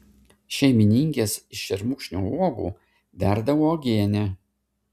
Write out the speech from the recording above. šeimininkės iš šermukšnio uogų verda uogienę